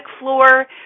floor